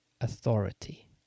authority